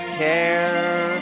care